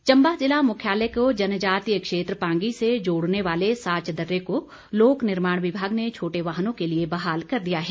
साच दर्रा चम्बा जिला मुख्यालय को जनजातीय क्षेत्र पांगी से जोड़ने वाले साच दर्रे को लोक निर्माण विभाग ने छोटे वाहनों के लिए बहाल कर दिया है